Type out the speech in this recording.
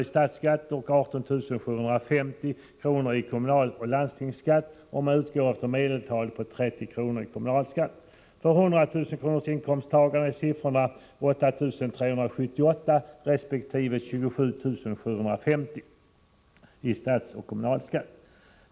i statsskatt och 18 750 i kommunaloch landstingsskatt om man går efter ett medeltal på 30 kr. i kommunalskatt. För inkomsttagarna med 100 000 kr. inkomst är siffrorna 8 378 resp. 27750 i statsoch kommunalskatt.